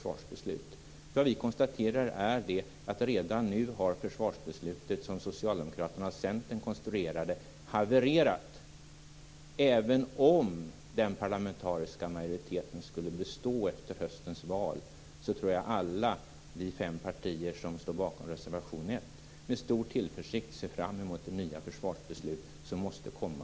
Vad vi konstaterar är att försvarsbeslutet, som Socialdemokraterna och Centern konstruerade, redan nu har havererat. Även om den parlamentariska majoriteten skulle bestå efter höstens val, tror jag att alla vi fem partier som står bakom reservation 1 med stor tillförsikt ser fram emot de nya försvarsbeslut som ändå måste komma.